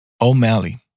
o'malley